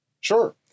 Sure